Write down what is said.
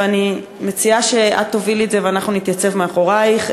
ואני מציעה שאת תובילי את זה ואנחנו נתייצב מאחורייך,